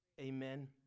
Amen